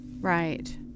right